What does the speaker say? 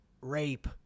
rape